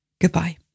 Goodbye